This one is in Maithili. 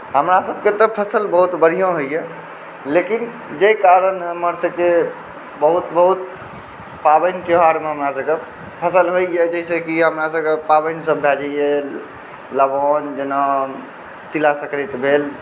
हमरा सभकेँ तऽ फसल बहुत बढ़िऑं होइए लेकिन जाहि कारण हमर सभकेँ बहुत बहुत पाबनि त्यौहारमे हमरा सभकेँ फसल होइए जाहिसँ कि हमरा सभकेँ पाबनि सभ भए जाइए लवान जेना तिलासंक्रान्ति भेल